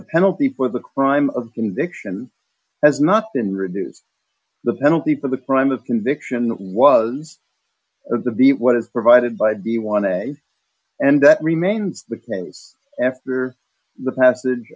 the penalty for the crime of convictions has not been reduced the penalty for the crime of conviction was as of the what is provided by the one a and that remains the case after the passage